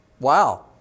Wow